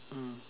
mm